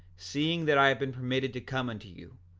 seeing that i have been permitted to come unto you,